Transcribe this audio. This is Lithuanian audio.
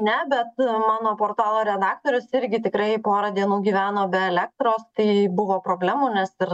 ne bet mano portalo redaktorius irgi tikrai porą dienų gyveno be elektros tai buvo problemų nes ir